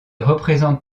représente